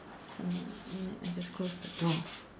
so wait a minute I just close the door